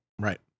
Right